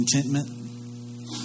contentment